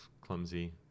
clumsy